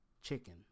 chicken